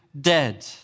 dead